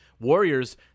Warriors